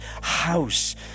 house